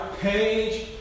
Page